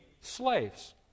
slaves